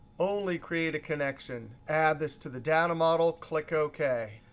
only create a connection. add this to the data model, click ok.